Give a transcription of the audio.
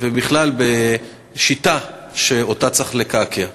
ובכלל בשיטה שצריך לקעקע אותה.